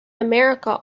america